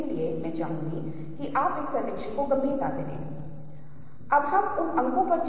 ये पेचीदा सवाल है लोग अभी भी जवाब के साथ संघर्ष करते हैं और हमारे पास दिलचस्प जवाब है कि ऐसा क्यों होता है